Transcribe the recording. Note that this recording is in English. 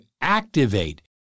activate